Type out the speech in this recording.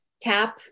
Tap